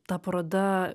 ta paroda